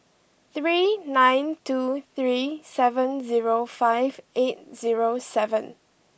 three nine two three seven zero five eight zero seven